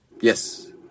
yes